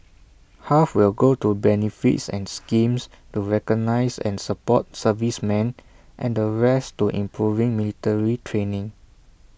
half will go to benefits and schemes to recognise and support servicemen and the rest to improving military training